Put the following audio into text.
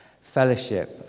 fellowship